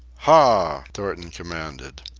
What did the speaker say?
haw! thornton commanded.